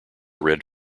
read